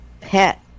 pet